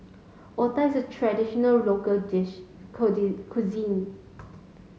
Otah is a traditional local dish cuisine